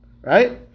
Right